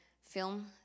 film